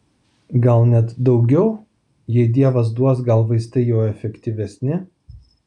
gal net daugiau jei dievas duos gal vaistai jau efektyvesni